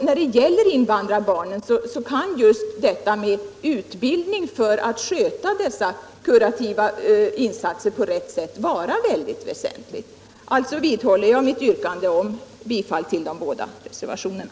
När det gäller invandrarbarnen kan just utbildning för att sköta dessa kurativa insatser på rätt sätt vara väsentlig. Jag vidhåller alltså mitt yrkande om bifall till de båda reservationerna.